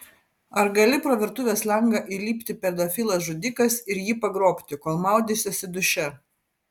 ar gali pro virtuvės langą įlipti pedofilas žudikas ir jį pagrobti kol maudysiuosi duše